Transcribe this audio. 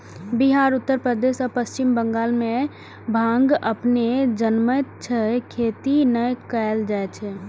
बिहार, उत्तर प्रदेश आ पश्चिम बंगाल मे भांग अपने जनमैत छै, खेती नै कैल जाए छै